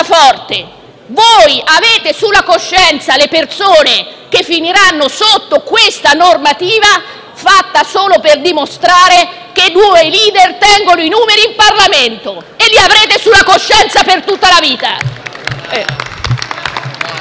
forte. Avrete sulla coscienza le persone che finiranno sotto questa normativa, fatta solo per dimostrare che due *leader* hanno i numeri in Parlamento: li avrete sulla coscienza per tutta la vita.